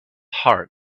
heart